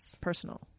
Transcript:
personal